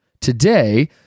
Today